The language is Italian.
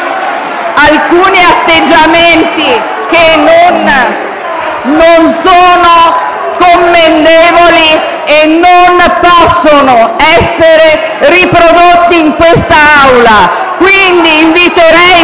alcuni atteggiamenti che non sono commendevoli e non possono essere riprodotti in quest'Aula. Quindi, invito